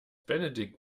benedikt